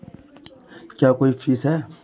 क्या कोई फीस है?